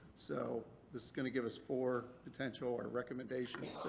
so this is going to give us four potential or recommendations.